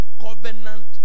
covenant